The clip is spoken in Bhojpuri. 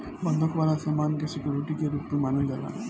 बंधक वाला सामान के सिक्योरिटी के रूप में मानल जाला